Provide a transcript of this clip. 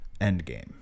Endgame